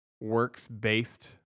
works-based